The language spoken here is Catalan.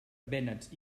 vènets